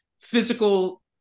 physical